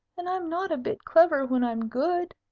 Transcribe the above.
and i'm not a bit clever when i'm good.